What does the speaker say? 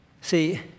See